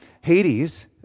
Hades